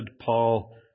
Paul